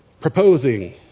proposing